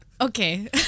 okay